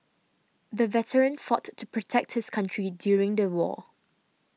the veteran fought to protect his country during the war